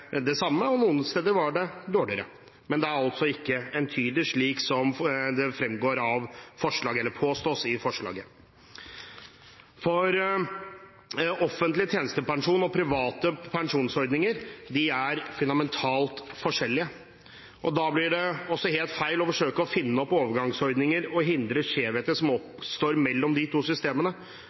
det samme, og noen steder var det dårligere. Det er altså ikke entydig, slik som det påstås i forslaget. Offentlig tjenestepensjon og private pensjonsordninger er fundamentalt forskjellige, og da blir det også helt feil å forsøke å finne opp overgangsordninger og hindre skjevheter som oppstår mellom de to systemene,